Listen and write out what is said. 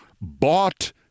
bought